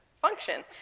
function